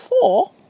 four